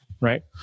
right